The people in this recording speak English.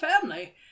family